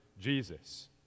Jesus